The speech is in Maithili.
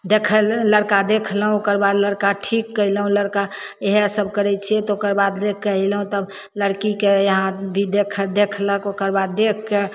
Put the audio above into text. देखै लए लड़का देखलहुँ ओकर बाद लड़का ठीक कयलहुँ लड़का इहए सब करैत छियै तऽ ओकर बाद देखि अइलहुँ तब लड़कीके यहाँभी देखि देखलक ओकर बाद देखिके